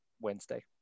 Wednesday